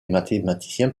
mathématiciens